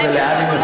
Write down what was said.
בנגב,